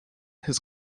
his